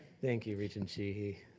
thank you, regent sheehy.